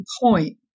point